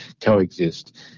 coexist